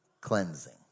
cleansing